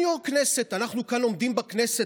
בכל